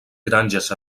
granges